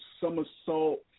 somersault